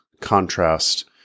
contrast